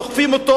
דוחפים אותו,